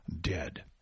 dead